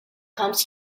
comes